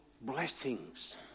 blessings